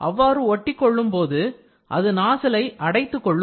அவ்வாறு ஒட்டிக் கொள்ளும் போது அது நாசிலை அடைத்துக்கொள்ளும்